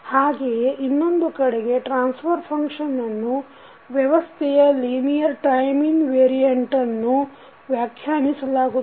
ಹಾಗೆಯೇ ಇನ್ನೊಂದು ಕಡೆಗೆ ಟ್ರಾನ್ಸ್ಫರ್ ಫಂಕ್ಷನ್ ಅನ್ನು ವ್ಯವಸ್ಥೆಯ ಲಿನಿಯರ್ ಟೈಮ್ ಇನ್ ವೆರಿಯಂಟನ್ನು ವ್ಯಾಖ್ಯಾನಿಸಲಾಗುತ್ತದೆ